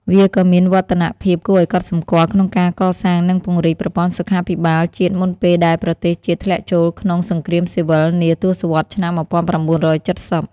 វាក៏មានវឌ្ឍនភាពគួរឱ្យកត់សម្គាល់ក្នុងការកសាង និងពង្រីកប្រព័ន្ធសុខាភិបាលជាតិមុនពេលដែលប្រទេសជាតិធ្លាក់ចូលក្នុង សង្គ្រាមស៊ីវិលនាទសវត្សរ៍ឆ្នាំ១៩៧០។